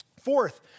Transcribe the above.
Fourth